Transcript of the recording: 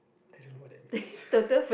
I don't know what that means